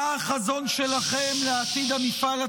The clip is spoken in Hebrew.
--- מה החזון שלכם לעתיד המפעל הציוני,